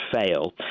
fail